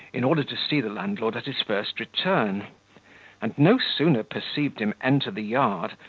in order to see the landlord at his first return and no sooner perceived him enter the yard,